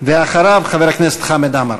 ואחריו, חבר הכנסת חמד עמאר.